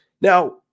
Now